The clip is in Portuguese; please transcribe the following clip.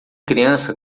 criança